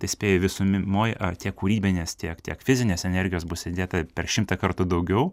tai spėju visumimoj a tiek kūrybinės tiek tiek fizinės energijos bus įdėta per šimtą kartų daugiau